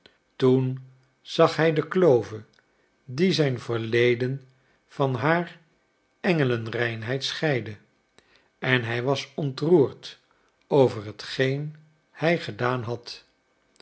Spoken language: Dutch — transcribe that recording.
toen zag hij de klove die zijn verleden van haar engelenreinheid scheidde en hij was ontroerd over hetgeen hij gedaan had